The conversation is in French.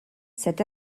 cette